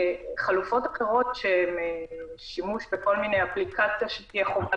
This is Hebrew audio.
חלופות אחרות שהן שימוש בכל מיני אפליקציות שיהיו חובה